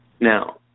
Now